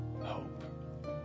hope